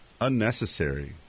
Unnecessary